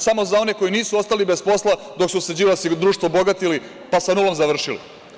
Samo za one koji nisu ostali bez posla, dok su se Đilas i društvo bogatili, pa sa nulom završili.